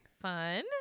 Fun